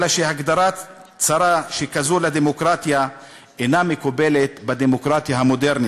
אלא שהגדרה צרה כזו לדמוקרטיה אינה מקובלת בדמוקרטיה המודרנית,